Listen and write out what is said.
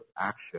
action